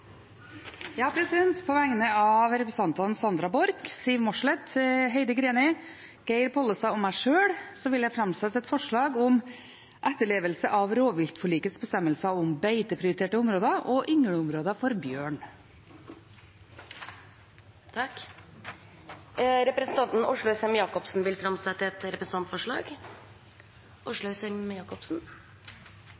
På vegne av representantene Sandra Borch, Siv Mossleth, Heidi Greni, Geir Pollestad og meg sjøl vil jeg framsette et forslag om etterlevelse av rovviltforlikets bestemmelser om beiteprioriterte områder og yngleområder for bjørn. Representanten Åslaug Sem-Jacobsen vil framsette et representantforslag.